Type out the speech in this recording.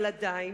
אבל עדיין,